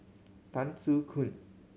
Tan Soo Khoon